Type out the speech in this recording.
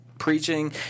preaching